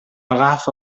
agafa